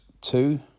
two